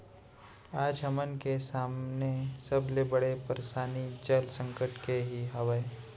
आज हमन के सामने सबले बड़े परसानी जल संकट के ही हावय